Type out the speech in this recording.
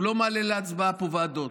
הוא לא מעלה להצבעה פה ועדות.